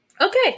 okay